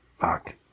Fuck